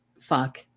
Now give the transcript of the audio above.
fuck